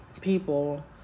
people